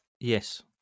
Yes